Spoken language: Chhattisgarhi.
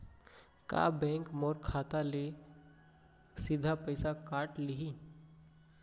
का बैंक मोर खाता ले सीधा पइसा काट लिही?